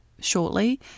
shortly